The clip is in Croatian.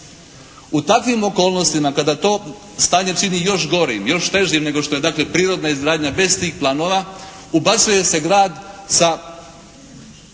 U takvim okolnostima kada to stanje čini još gorim, još težim nego što je dakle prirodna izgradnja bez tih planova ubacuje se grad sa